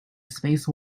space